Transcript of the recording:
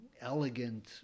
elegant